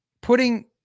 Putting